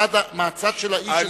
מהצד של האיש שסובל.